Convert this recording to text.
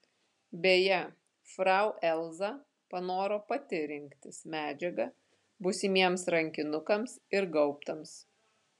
beje frau elza panoro pati rinktis medžiagą būsimiems rankinukams ir gaubtams